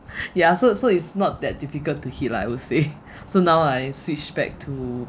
ya so so it's not that difficult to hit lah I would say so now I switch back to